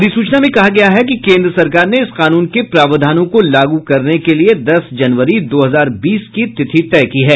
अधिसूचना में कहा गया है कि केन्द्र सरकार ने इस कानून के प्रावधानों को लागू करने के लिए दस जनवरी दो हजार बीस की तिथि तय की है